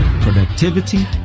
productivity